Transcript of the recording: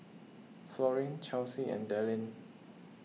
Florine Chauncy and Dallin